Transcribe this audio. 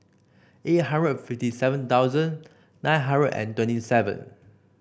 eight hundred fifty seven thousand nine hundred and twenty seven